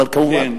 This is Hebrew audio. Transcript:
בבקשה,